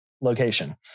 location